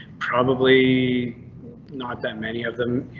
probably not that many of them.